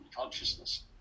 consciousness